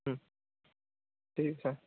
হুম